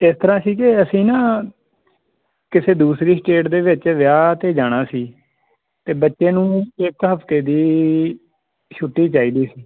ਇਸ ਤਰ੍ਹਾਂ ਸੀ ਕਿ ਅਸੀਂ ਨਾ ਕਿਸੇ ਦੂਸਰੀ ਸਟੇਟ ਦੇ ਵਿੱਚ ਵਿਆਹ 'ਤੇ ਜਾਣਾ ਸੀ ਅਤੇ ਬੱਚੇ ਨੂੰ ਇੱਕ ਹਫਤੇ ਦੀ ਛੁੱਟੀ ਚਾਹੀਦੀ ਸੀ